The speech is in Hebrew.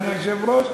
אדוני היושב-ראש.